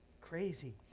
crazy